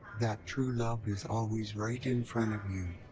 that true love is always right in front of you,